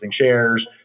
shares